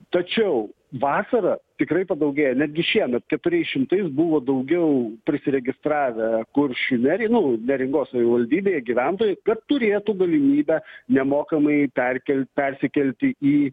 tačiau vasarą tikrai padaugėja netgi šiemet keturiais šimtais buvo daugiau prisiregistravę kuršių nerij nu neringos savivaldybėje gyventojų kad turėtų galimybę nemokamai perkel persikelti į